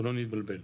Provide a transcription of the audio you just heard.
שלא נתבלבל.